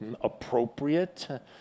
appropriate